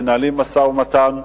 מנהלים משא-ומתן.